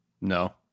No